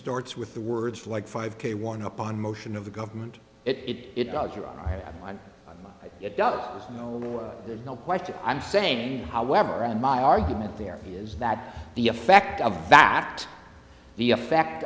starts with the words like five k one up on motion of the government it out you're right it does no there's no question i'm saying however in my argument there is that the effect of the fact the effect